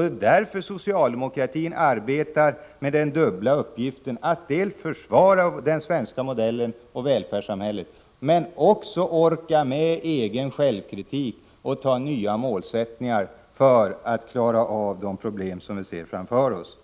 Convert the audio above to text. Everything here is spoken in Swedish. Det är därför som socialdemokratin arbetar med den dubbla uppgiften att dels försvara den svenska modellen och välfärdssamhället, dels orka med självkritik och formulera nya målsättningar för att klara av de problem som vi ser framför oss.